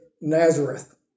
Nazareth